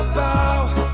bow